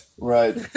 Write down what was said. Right